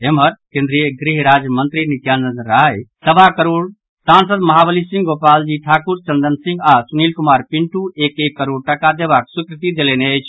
एम्हर केन्द्रीय गृह राज्य मंत्री नित्यानंद राय सवा करोड़ सांसद महाबली सिंह गोपालजी ठाकुर चंदन सिंह आओर सुनील कुमार पिन्दु एक एक करोड़ टाका देबाक स्वीकृति देलनि अछि